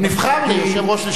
נבחר ליושב-ראש לשכת,